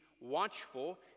watchful